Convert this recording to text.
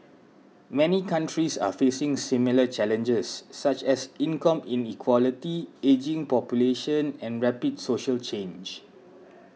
many countries are facing similar challenges such as income inequality ageing population and rapid social change